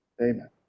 amen